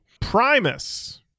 Primus